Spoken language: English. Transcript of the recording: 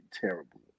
terrible